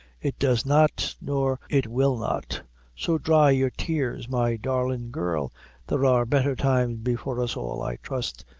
it does not, nor it will not so dry your tears, my darlin' girl there are better times before us all, i trust.